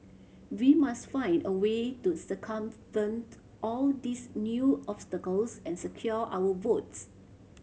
we must find a way to circumvent all these new obstacles and secure our votes